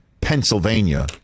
Pennsylvania